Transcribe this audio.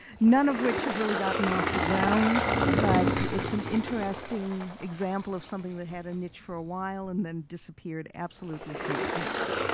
none of which have really gotten off the ground, but it's an interesting example of something that had a niche for a while and then disappeared absolutely completely.